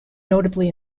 notably